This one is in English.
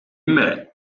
met